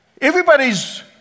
everybody's